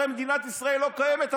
הרי מדינת ישראל לא קיימת,